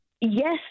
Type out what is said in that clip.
Yes